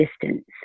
distance